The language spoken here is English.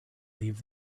leave